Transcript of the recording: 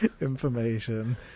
information